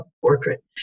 portrait